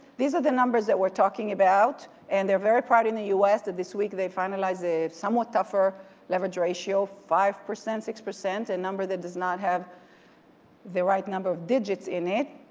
these are the numbers that we're talking about and they're very proud in the us that this week they finalized a somewhat tougher leverage ratio, five percent, six percent, a number that does not have the right number of digits in it